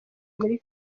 muri